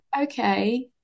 okay